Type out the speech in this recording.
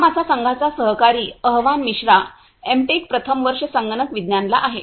हा माझा संघाचा सहकारी अहवान मिश्रा एमटेक प्रथम वर्ष संगणक विज्ञानला आहे